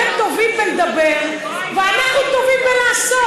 אתם טובים בלדבר ואנחנו טובים בלעשות.